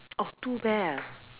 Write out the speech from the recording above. oh two bear ah